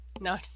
No